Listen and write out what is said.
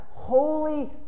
holy